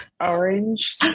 orange